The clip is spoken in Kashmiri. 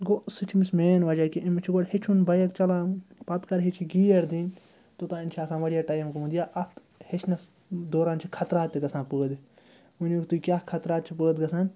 گوٚو سُہ چھُ أمِس مین وجہ کہِ أمِس چھُ گۄڈٕ ہیٚچھُن بایِک چَلاوٕنۍ پَتہٕ کَر ہیٚچھِ یہِ گِیَر دِنۍ توٚتام چھُ آسان واریاہ ٹایم گوٚمُت یا اَتھ ہیٚچھنَس دوران چھِ خطرات تہِ گژھان پٲدٕ ؤنِو تُہۍ کیٛاہ خطرات چھِ پٲدٕ گَژھان